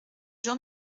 jean